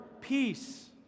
peace